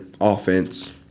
offense